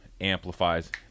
amplifies